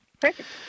Perfect